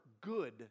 good